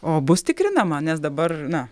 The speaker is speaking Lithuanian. o bus tikrinama nes dabar na